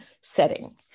setting